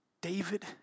David